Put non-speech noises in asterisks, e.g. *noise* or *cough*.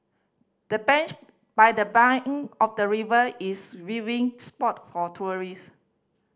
the bench by the bank of the river is *unintelligible* spot for tourist